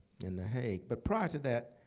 in the hague. but prior to that,